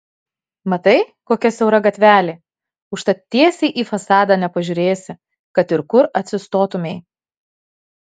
matai kokia siaura gatvelė užtat tiesiai į fasadą nepažiūrėsi kad ir kur atsistotumei